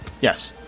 Yes